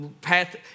path